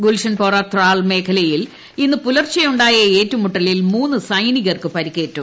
ഗുൽഷൺപോറ ത്രാൾ മേഖലയിൽ ഇന്ന് പുലർച്ചെയുണ്ടായ ഏറ്റുമുട്ടലിൽ മൂന്ന് സൈനികർക്ക് പരിക്കേറ്റു